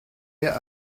der